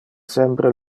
sempre